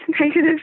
negative